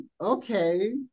okay